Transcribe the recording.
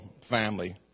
family